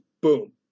boom